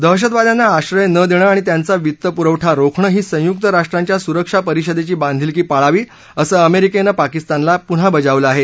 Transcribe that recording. दहशतवाद्यांना आश्रय न देणं आणि त्यांचा वित्त पुरवण रोखणं ही संयुक्त राष्ट्रसंघाच्या सुरक्षा परिषदेची बांधिलकी पाळावी असं अमेरिकेनं पाकिस्तानला पुन्हा बजावलं आहे